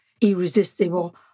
Irresistible